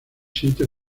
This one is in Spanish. siente